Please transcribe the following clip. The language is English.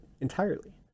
entirely